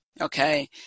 okay